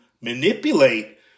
manipulate